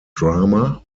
drama